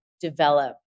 develop